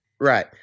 Right